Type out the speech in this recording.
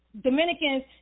Dominicans